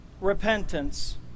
repentance